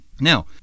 Now